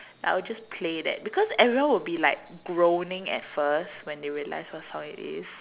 I will just play that because everyone will be like groaning at first when they realize what song it is